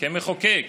כמחוקק.